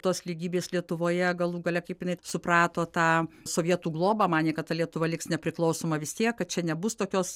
tos lygybės lietuvoje galų gale kaip jinai suprato tą sovietų globą manė kad ta lietuva liks nepriklausoma vistiek kad čia nebus tokios